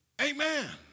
Amen